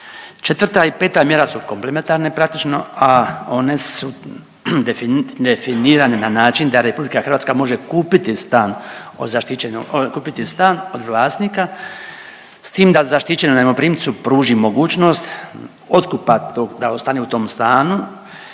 Četvrta i peta mjera su komplementarne praktično, a one su definirane na način da Republika Hrvatska može kupiti stan od vlasnika s tim da zaštićenom najmoprimcu pruži mogućnost otkupa tog, da ostane u tom stanu